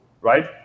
right